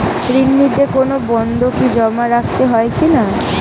ঋণ নিতে কোনো বন্ধকি জমা রাখতে হয় কিনা?